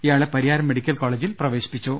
ഇയാളെ പരിയാരം മെഡിക്കൽ കോളേജിൽ പ്രവേശിപ്പിച്ചു